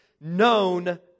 known